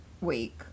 week